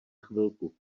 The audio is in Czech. chvilku